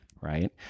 right